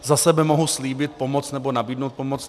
Za sebe mohu slíbit nebo nabídnout pomoc.